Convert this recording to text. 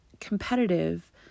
competitive